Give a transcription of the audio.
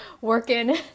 Working